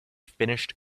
finished